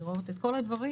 לראות את כל הדברים.